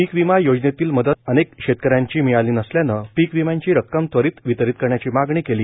पीक विमा योजनेतील मदत अनेक शेतकऱ्यांची मिळाली नसल्यानं पीक विम्यांची रक्कम त्वरीत वितरीत करण्याची मागणी केली